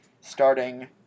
starting